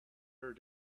her